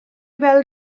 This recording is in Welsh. fel